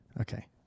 Okay